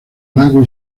lago